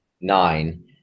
nine